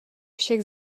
všech